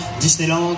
Disneyland